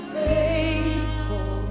faithful